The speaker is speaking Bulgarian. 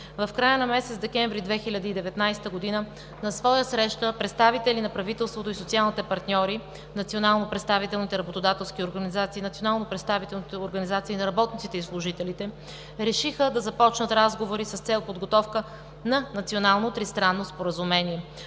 В края на месец декември 2019 г. на своя среща представители на правителството и на социалните партньори, национално представителните работодателски организации, национално представителните организации на работниците и служителите решиха да започнат разговори с цел подготовка на национално тристранно споразумение.